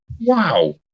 wow